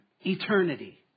Eternity